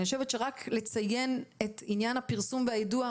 אני חושבת שרק לציין אתעניין הפרסום והיידוע,